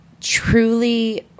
truly